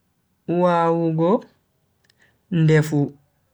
Wawugo ndefu